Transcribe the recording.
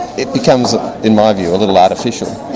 it becomes in my view, a little artificial.